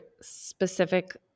specific